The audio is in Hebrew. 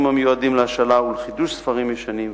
המיועדים להשאלה ולחידוש ספרים ישנים,